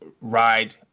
ride